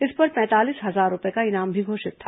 इस पर पैंतालीस हजार रूपये का इनाम भी घोषित था